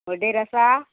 ओडेर आसा